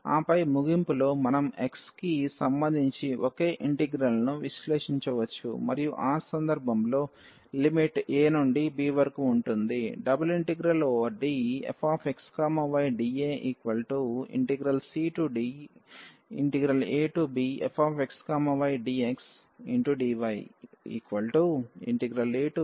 ఆపై ముగింపులో మనం x కి సంబంధించి ఒకే ఇంటిగ్రల్ను విశ్లేషించవచ్చు మరియు ఆ సందర్భంలో లిమిట్ a నుండి b వరకు ఉంటుంది